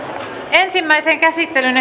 ensimmäiseen käsittelyyn